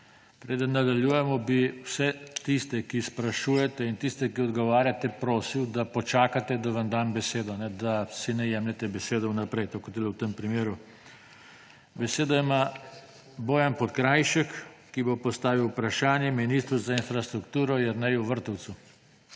Preden nadaljujemo, bi vse tiste, ki sprašujete, in tiste, ki odgovarjate, prosil, da počakate, da vam dam besedo, da si ne jemljete besede vnaprej, tako kot je bilo v tem primeru. Besedo ima Bojan Podkrajšek, ki bo postavil vprašanje ministru za infrastrukturo Jerneju Vrtovcu.